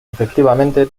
efectivamente